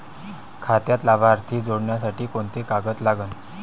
खात्यात लाभार्थी जोडासाठी कोंते कागद लागन?